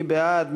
מי בעד?